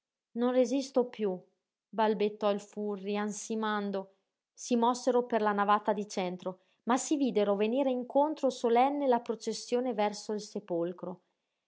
non resisto piú balbettò il furri ansimando si mossero per la navata di centro ma si videro venire incontro solenne la processione verso il sepolcro